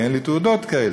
כי אין לי תעודות כאלה.